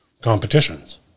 competitions